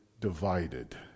divided